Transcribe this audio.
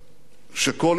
שכל אלה מאתנו